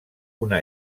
una